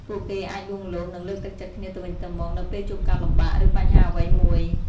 ពួកគេអាចលួងលោម និងលើកទឹកចិត្តគ្នាទៅវិញទៅមកនៅពេលជួបការលំបាក ឬបញ្ហាអ្វីមួយ ។